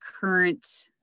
current